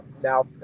now